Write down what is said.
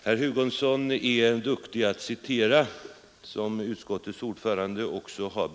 Herr Hugosson är duktig i att citera, som utskottets ordförande också sade.